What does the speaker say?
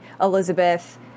Elizabeth